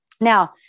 Now